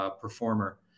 performer